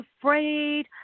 afraid